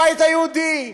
הבית היהודי.